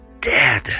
dead